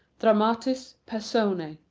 dramatis personae.